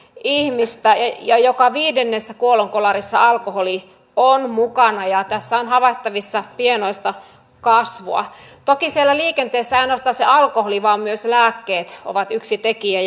ihmistä ja joka viidennessä kuolonkolarissa alkoholi on mukana ja tässä on havaittavissa pienoista kasvua toki siellä liikenteessä ei ainoastaan se alkoholi vaan myös lääkkeet ovat yksi tekijä